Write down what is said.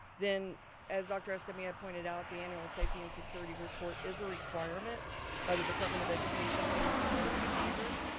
then as dr. escamilla pointed out, the annual safety and security report is a requirement by the department of education to meet the clery standard.